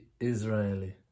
Israeli